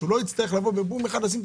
שהוא לא יצטרך לבוא בבום אחד ולשים את